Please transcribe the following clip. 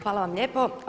Hvala vam lijepo.